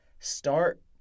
start